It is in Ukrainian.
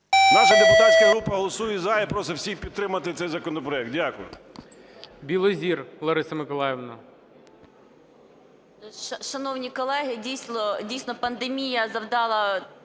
Наша депутатська група голосує "за" і просить всіх підтримати цей законопроект. Дякую.